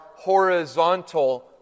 horizontal